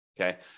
Okay